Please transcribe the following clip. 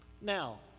Now